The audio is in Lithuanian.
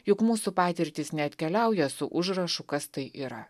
juk mūsų patirtys neatkeliauja su užrašu kas tai yra